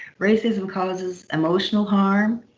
racism causes emotional harm,